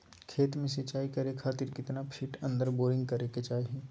खेत में सिंचाई करे खातिर कितना फिट अंदर बोरिंग करे के चाही?